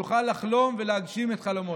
יוכל לחלום ולהגשים את חלומו.